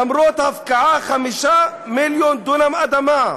למרות הפקעה של 5 מיליון דונם אדמה,